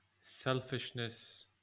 selfishness